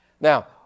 Now